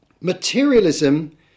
materialism